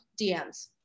DMs